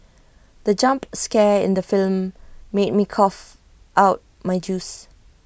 the jump scare in the film made me cough out my juice